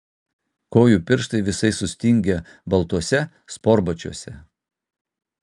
kojų pirštai visai sustingę baltuose sportbačiuose